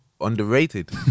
underrated